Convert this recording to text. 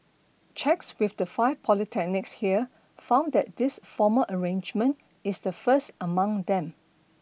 checks with the five polytechnics here found that this formal arrangement is the first among them